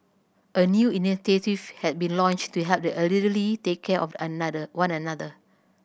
a new initiative has been launched to help the elderly take care of another one another